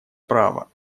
право